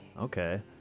okay